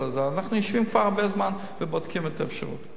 אנחנו יושבים פה הרבה זמן ובודקים את האפשרות.